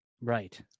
Right